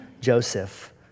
Joseph